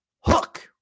Hook